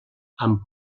amb